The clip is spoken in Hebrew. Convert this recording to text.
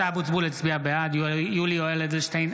(קורא בשמות חברי הכנסת) משה אבוטבול בעד יולי יואל אדלשטיין,